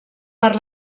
per